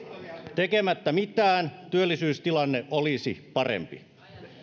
tekemättä mitään työllisyystilanne olisi parempi